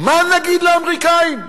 מה נגיד לאמריקנים?